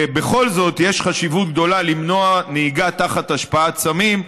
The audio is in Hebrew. בכל זאת יש חשיבות גדולה למנוע נהיגה תחת השפעת סמים,